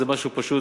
שזה משהו שפשוט